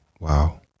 Wow